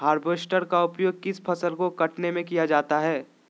Harvester का उपयोग किस फसल को कटने में किया जाता है?